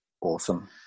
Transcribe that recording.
awesome